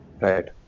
Right